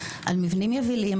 על מבנים יבילים,